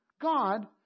God